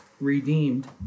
redeemed